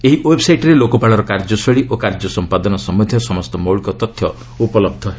ଏହି ଓ୍ବେବ୍ସାଇଟ୍ରେ ଲୋକପାଳର କାର୍ଯ୍ୟଶୈଳୀ ଓ କାର୍ଯ୍ୟ ସମ୍ପାଦନା ସମ୍ଭନ୍ଧୀୟ ସମସ୍ତ ମୌଳିକ ତଥ୍ୟ ଉପଲହ୍ଧ ହେବ